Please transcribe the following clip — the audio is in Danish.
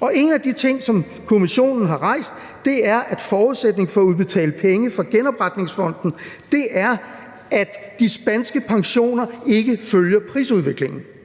Og en af de ting, som Kommissionen har rejst, er, at forudsætningen for at udbetale penge fra genopretningsfonden er, at de spanske pensioner ikke følger prisudviklingen.